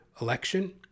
election